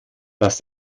dass